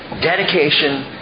Dedication